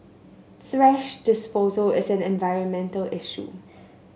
thrash disposal is an environmental issue